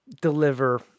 deliver